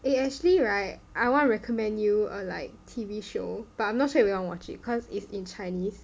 eh actually right I want recommend you err like T_V show but I'm not sure if you want to watch it because is in like Chinese